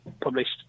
published